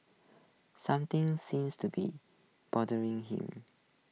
something seems to be bothering him